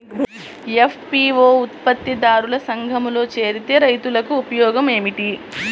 FPO ఉత్పత్తి దారుల సంఘములో చేరితే రైతులకు ఉపయోగము ఏమిటి?